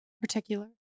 Particular